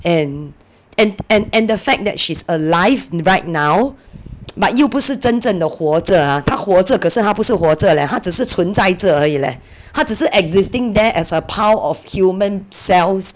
and and and and the fact that she's alive right now but 又不是真正地活着 ah 她活着可是她不是活着 leh 她只是存在着而已 leh 她只是在 existing there as a pile of human cells